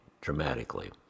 dramatically